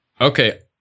Okay